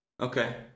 Okay